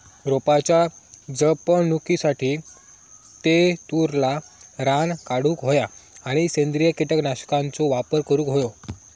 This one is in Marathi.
रोपाच्या जपणुकीसाठी तेतुरला रान काढूक होया आणि सेंद्रिय कीटकनाशकांचो वापर करुक होयो